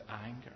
anger